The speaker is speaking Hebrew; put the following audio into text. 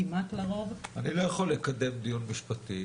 כמעט לרוב --- אני לא יכול לקדם דיון משפטי.